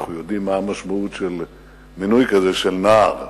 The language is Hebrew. ואנחנו יודעים מה המשמעות של מינוי כזה של נער,